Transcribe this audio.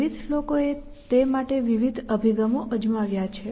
વિવિધ લોકોએ તે માટે વિવિધ અભિગમો અજમાવ્યા છે